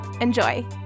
Enjoy